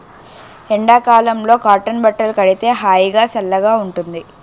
ఎండ కాలంలో కాటన్ బట్టలు కడితే హాయిగా, సల్లగా ఉంటుంది